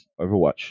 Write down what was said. Overwatch